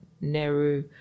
Nehru